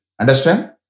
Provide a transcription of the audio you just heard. Understand